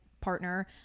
partner